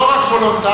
לא רק וולונטרי.